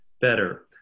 better